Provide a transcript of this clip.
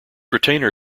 retainer